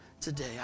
today